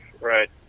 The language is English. Right